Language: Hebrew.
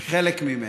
זה חלק ממני.